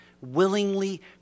willingly